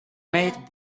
made